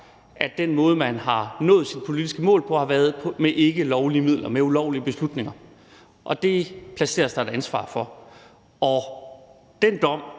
at den måde, man har nået sit politiske mål på, har været med ikkelovlige midler, med ulovlige beslutninger, og det placeres der er et ansvar for. Den dom